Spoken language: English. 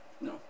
No